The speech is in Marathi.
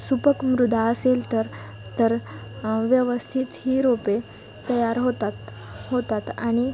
सुपीक मृदा असेल तर तर व्यवस्थित ही रोपे तयार होतात होतात आणि